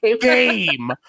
game